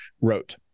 wrote